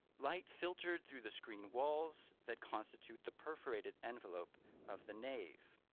light filtered through the screen walls that constitute the perforated envelope of the nave.